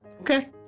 Okay